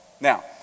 Now